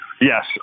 Yes